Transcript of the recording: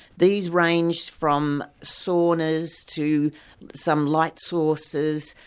these ranged from saunas to some light sources,